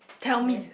tell me